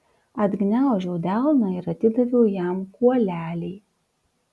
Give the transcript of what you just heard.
atgniaužiau delną ir atidaviau jam kuolelį